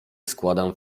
składam